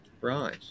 Right